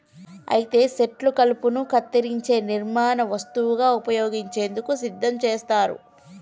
అయితే సెట్లు కలపను కత్తిరించే నిర్మాణ వస్తువుగా ఉపయోగించేందుకు సిద్ధం చేస్తారు